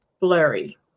blurry